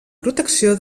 protecció